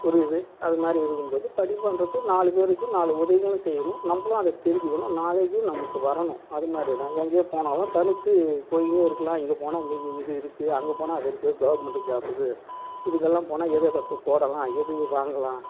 ஒரு இது அது மாதிரி இருக்கும் போது படிப்புன்றது நாலு பேருக்கு நாலு உதவின்னு செய்யணும் நம்மளும் அதை தெரிஞ்சுக்கணும் நாலேஜும் நமக்கு வரணும் அது மாதிரி தான் எங்கியே போனாலும் தனித்து போயின்னே இருக்கலாம் அங்கே போனால் இங்கே இது இருக்குது அங்கே போனால் அது இருக்குது கவுர்மெண்ட்டு ஜாபுக்கு இதுக்கெலாம் போனால் எது எதை போடலாம் எது வாங்கலாம்